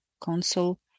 console